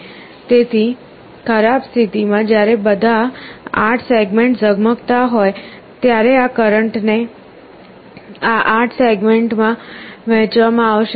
સૌથી ખરાબ સ્થિતિ માં જ્યારે બધા 8 સેગમેન્ટ્સ ઝગમગતા હોય ત્યારે આ કરંટ ને આ 8 સેગમેન્ટમાં વહેંચવામાં આવશે